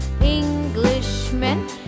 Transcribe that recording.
Englishmen